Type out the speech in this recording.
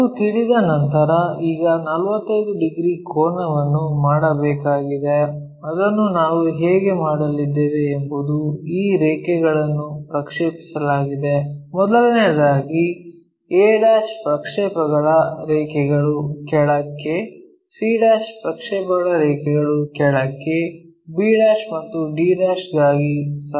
ಅದು ತಿಳಿದ ನಂತರ ಈಗ 45 ಡಿಗ್ರಿ ಕೋನವನ್ನು ಮಾಡಬೇಕಾಗಿದೆ ಅದನ್ನು ನಾವು ಹೇಗೆ ಮಾಡಲಿದ್ದೇವೆ ಎಂಬುದು ಈ ರೇಖೆಗಳನ್ನು ಪ್ರಕ್ಷೇಪಿಸಲಾಗಿದೆ ಮೊದಲನೆಯದಾಗಿ a ಪ್ರಕ್ಷೇಪಗಳ ರೇಖೆಗಳು ಕೆಳಕ್ಕೆ c ಪ್ರಕ್ಷೇಪಗಳ ರೇಖೆಗಳು ಕೆಳಕ್ಕೆ b' ಮತ್ತು d ಗಾಗಿ ಸಹ